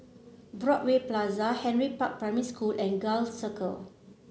Broadway Plaza Henry Park Primary School and Gul Circle